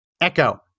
echo